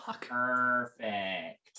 Perfect